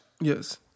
Yes